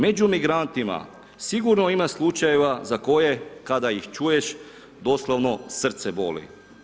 Među migrantima sigurno ima slučajeva za koje, kada ih čuješ, doslovno srce boli.